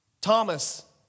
Thomas